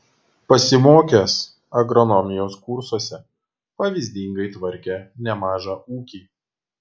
pasimokęs agronomijos kursuose pavyzdingai tvarkė nemažą ūkį